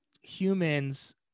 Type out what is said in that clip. humans